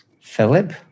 Philip